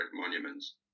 monuments